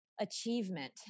achievement